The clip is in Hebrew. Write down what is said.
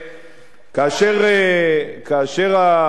עקירת עם, להפוך עם לפליט, זה בסדר?